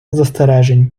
застережень